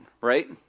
right